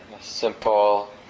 simple